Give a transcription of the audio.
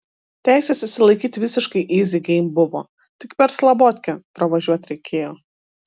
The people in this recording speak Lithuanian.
teises išsilaikyt visiškai yzi geim buvo tik per slabotkę pravažiuot reikėjo